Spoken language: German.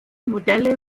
modelle